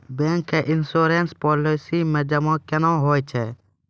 Bank के insurance policy मे जमा केना होय छै?